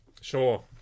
Sure